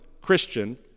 Christian